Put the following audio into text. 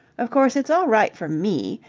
of course, it's all right for me,